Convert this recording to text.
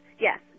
Yes